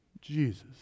Jesus